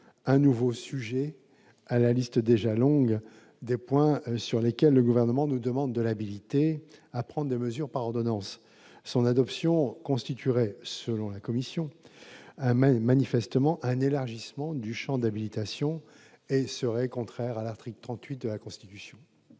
un nouveau sujet à la liste déjà longue des points sur lesquels le Gouvernement nous demande de l'habiliter à prendre des mesures par ordonnances. Son adoption constituerait, selon la commission, un élargissement du champ de l'habilitation et serait ainsi contraire à l'article 38 de la Constitution.